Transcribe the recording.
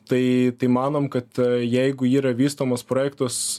tai tai manom kad jeigu yra vystomas projektas